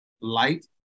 light